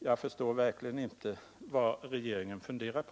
Jag förstår verkligen inte vad regeringen funderar på.